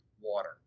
water